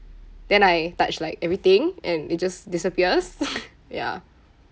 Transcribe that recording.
then I touch like everything and it just disappears yeah